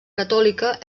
catòlica